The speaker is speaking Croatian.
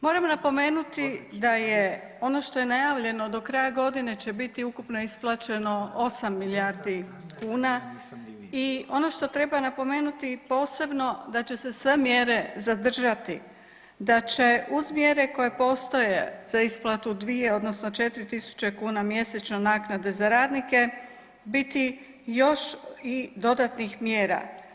Moram napomenuti da je ono što je najavljeno do kraja godine će biti ukupno isplaćeno 8 milijardi kuna i ono što treba napomenuti posebno da će se sve mjere zadržati, da će uz mjere koje postoje za isplatu dvije odnosno 4.000 kuna mjesečno naknade za radnike biti još dodatnih mjera.